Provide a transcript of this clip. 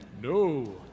No